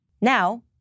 Now